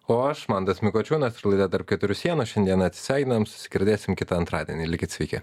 o aš mantas mikočiūnas ir laida tarp keturių sienų šiandien atsisveikinam susigirdėsim kitą antradienį likit sveiki